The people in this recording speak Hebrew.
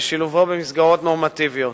ובשילובו במסגרות נורמטיביות.